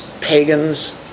pagans